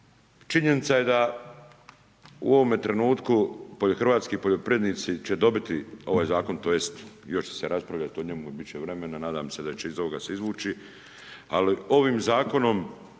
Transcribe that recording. Činjenica je da u ovome trenutku hrvatski poljoprivrednici će dobiti ovaj zakon tj. još će se raspravljati o njemu, bit će vremena, nadam se da će se iz ovoga se izvući, ali ovim zakonom